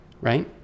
right